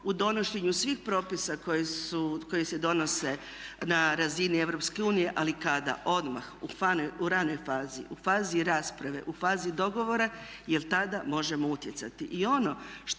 u donošenju svih propisa koji se donose na razini Europske unije ali kada, odmah u ranoj fazi, u fazi rasprave, u fazi dogovora jer tada možemo utjecati. I ono što